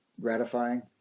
gratifying